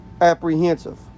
apprehensive